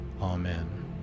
Amen